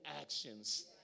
actions